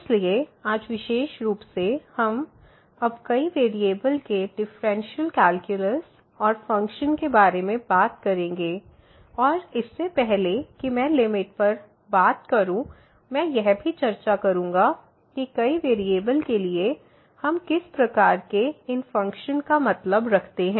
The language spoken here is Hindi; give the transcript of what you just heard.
इसलिए आज विशेष रूप से हम अब कई वेरिएबल के डिफरेंशियल कैलकुलस और फ़ंक्शन के बारे में बात करेंगे और इससे पहले कि मैं लिमिट पर बात करूं मैं यह भी चर्चा करूंगा कि कई वेरिएबल के लिए हम किस प्रकार के इन फ़ंक्शन का मतलब रखते हैं